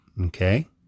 Okay